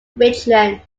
richland